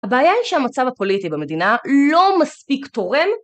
הבעיה היא שהמצב הפוליטי במדינה לא מספיק תורם